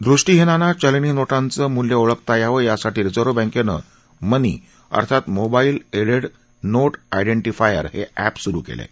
दृष्टीहीनांना चलनी नोटांचं मूल्य ओळखता यावं यासाठी रिझर्व बँकेनं मनी अर्थात मोबाईल एडेड नोट आयडेंटिफायर हे अॅप सुरू केलं आहे